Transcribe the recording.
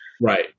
right